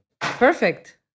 Perfect